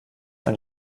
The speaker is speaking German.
ein